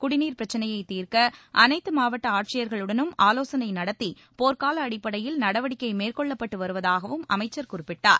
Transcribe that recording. குடிநீர பிரச்னையைத் தீர்க்க அனைத்து மாவட்ட ஆட்சியர்களுடனும் ஆலோசனை நடத்தி போர்க்கால அடிப்படையில் நடவடிக்கை மேற்கொள்ளப்பட்டு வருவதாகவும் அமைச்சர் குறிப்பிட்டார்